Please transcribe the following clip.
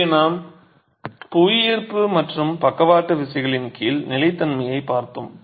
இங்கே நாம் புவியீர்ப்பு மற்றும் பக்கவாட்டு விசைகளின் கீழ் நிலைத்தன்மையைப் பார்த்தோம்